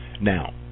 now